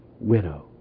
widow